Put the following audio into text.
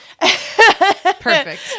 Perfect